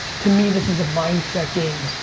to me this is a mindset game.